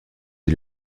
est